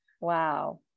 Wow